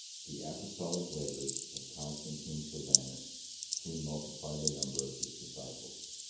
the apostolic labors of constantine sylvanus soon multiplied the number of his disciples,